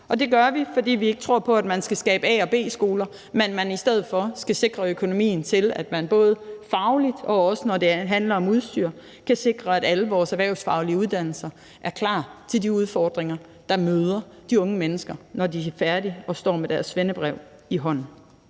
Det vil vi, fordi vi ikke tror på, at man skal skabe A og B-skoler, men at man i stedet for skal sikre økonomien til, at alle vores erhvervsfaglige uddannelser, både fagligt, og også når det handler om udstyr, er klar til de udfordringer, der møder de unge mennesker, når de er færdige og står med deres svendebrev i hånden.